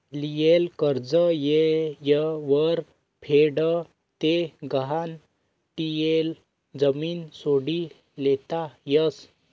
लियेल कर्ज येयवर फेड ते गहाण ठियेल जमीन सोडी लेता यस